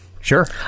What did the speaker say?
Sure